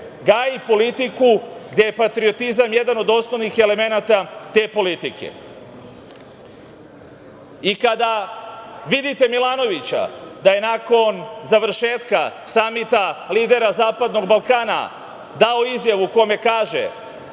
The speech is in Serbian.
gaji politiku gde je patriotizam jedan od osnovnih elemenata te politike. Kada vidite Milanovića da je nakon završetka Samita lidera zapadnog Balkana dao izjavu u kojoj kaže